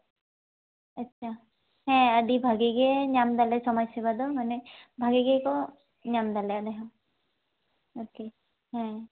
ᱟᱪᱪᱷᱟ ᱦᱮᱸ ᱟᱹᱰᱤ ᱵᱷᱟᱜᱮ ᱜᱮ ᱧᱟᱢ ᱫᱟᱞᱮ ᱥᱚᱢᱟᱡᱽ ᱥᱮᱵᱟ ᱫᱚ ᱢᱟᱱᱮ ᱵᱷᱟᱜᱮ ᱜᱮᱠᱚ ᱧᱟᱢ ᱫᱟᱞᱮ ᱟᱞᱮ ᱦᱚᱸ ᱟᱨᱠᱤ ᱦᱮᱸ